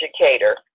educator